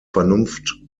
vernunft